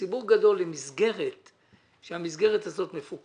ציבור גדול למסגרת שמפוקחת,